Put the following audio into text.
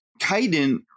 Kaiden